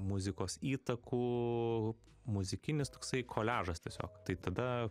muzikos įtakų muzikinis toksai koliažas tiesiog tai tada